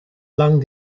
lang